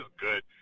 good